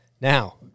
Now